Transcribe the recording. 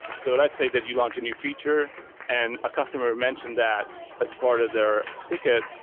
so let's say that you launch a new feature and a customer mentioned that as part of their ticket,